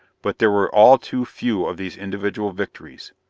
but there were all too few of these individual victories.